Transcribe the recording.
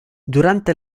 durante